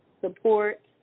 support